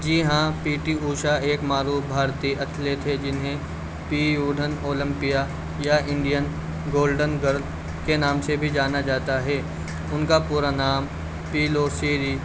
جی ہاں P T Usha ایک معروف بھارتی اتھلیٹ ہے جنہیں پی اوڈھن اولمپیا یا انڈین گولڈن گرل کے نام سے بھی جانا جاتا ہے ان کا پورا نام پیلوسری